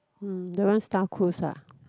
hmm don't want Star Cruise ah